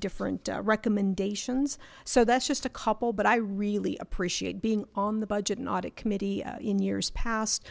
different recommendations so that's just a couple but i really appreciate being on the budget and audit committee in years past